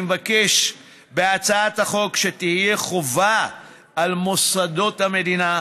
אני מבקש בהצעת החוק שתהיה חובה על מוסדות המדינה,